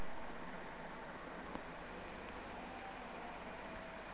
एका बँक खात्यातून दुसऱ्या बँक खात्यात वायर ट्रान्सफर करता येते